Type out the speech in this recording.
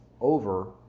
over